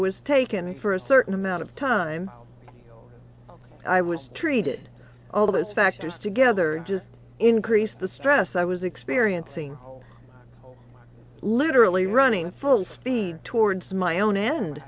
was taken for a certain amount of time i was treated all those factors together just increased the stress i was experiencing literally running full speed towards my own end